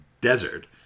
desert